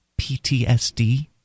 PTSD